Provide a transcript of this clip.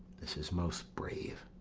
this is most brave,